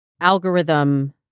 algorithm